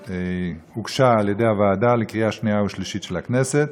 שהוגשה על-ידי הוועדה לקריאה שנייה ושלישית של הכנסת.